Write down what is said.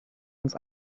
ans